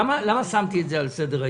למה שמתי את זה על סדר-היום?